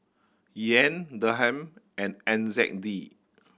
Yen Dirham and N Z D